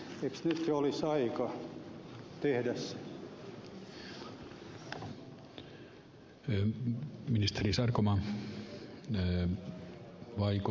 eikö nyt olisi jo aika tehdä se